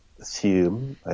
assume